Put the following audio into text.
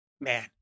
man